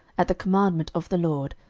at the commandment of the lord,